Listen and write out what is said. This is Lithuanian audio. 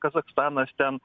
kazachstanas ten